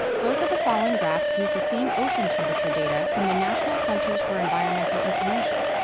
both of the following graphs use the same ocean temperature data from the national centers for environmental information.